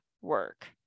work